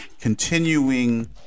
continuing